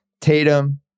Tatum